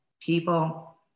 people